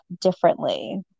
differently